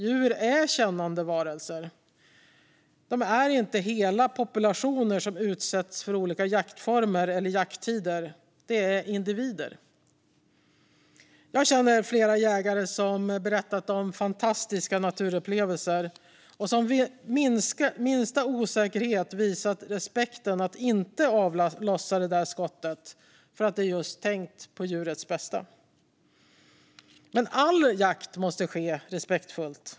Djur är kännande varelser. De är inte hela populationer som utsätts för olika jaktformer eller jakttider, utan de är individer. Jag känner flera jägare som har berättat om fantastiska naturupplevelser och som vid minsta osäkerhet har visat respekten att inte avlossa skottet - just för att de har tänkt på djurets bästa. Men all jakt måste ske respektfullt.